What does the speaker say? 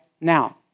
now